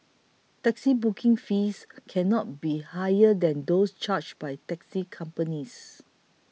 taxi booking fees cannot be higher than those charged by taxi companies